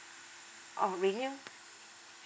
oh renew